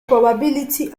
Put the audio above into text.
probability